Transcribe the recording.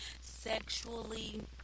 sexually